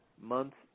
months